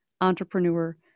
entrepreneur